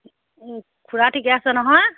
খুড়া ঠিকে আছে নহয়